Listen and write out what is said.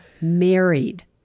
married